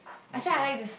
you say